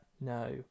no